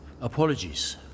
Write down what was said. Apologies